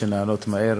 כך שהפניות נענות מהר.